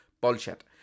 Bullshit